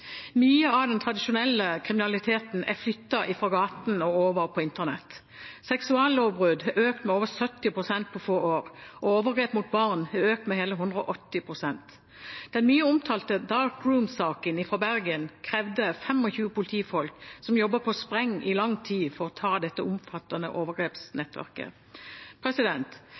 Mye av den tradisjonelle kriminaliteten har flyttet seg fra gatene og over på internett. Seksuallovbrudd har økt med over 70 pst. på få år, og overgrep mot barn har økt med hele 180 pst. Den mye omtalte Dark Room-saken fra Bergen krevde 25 politifolk som jobbet på spreng i lang tid for å ta dette omfattende overgrepsnettverket.